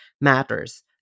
matters